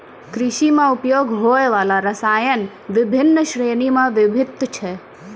कृषि म उपयोग होय वाला रसायन बिभिन्न श्रेणी म विभक्त छै